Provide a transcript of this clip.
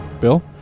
Bill